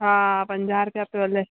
हा पंजाह रुपया पियो हले